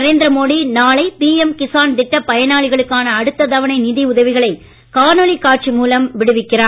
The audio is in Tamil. நரேந்திர மோடி நாளை பிஎம் கிஸான் திட்டப் பயனாளிகளுக்கான அடுத்த தவணை நிதி உதவிகளை காணொலி காட்சி மூலம் விடுவிக்கிறார்